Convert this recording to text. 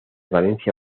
valencia